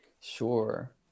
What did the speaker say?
Sure